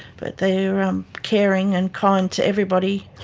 but they are um caring and kind to everybody.